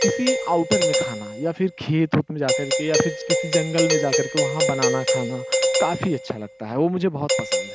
किसी आउटर में खाना या फिर खेत उत में जा कर के या फिर किसी जंगल में जा कर के वहाँ बनाना खाना काफ़ी अच्छा लगता है वो मुझे बहुत पसंद है